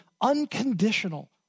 unconditional